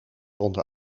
onder